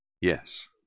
yes